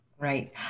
Right